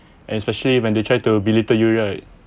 especially when they try to belittle you right